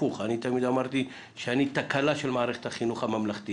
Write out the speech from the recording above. הפוך - תמיד אמרתי שאני תקלה של מערכת החינוך הממלכתי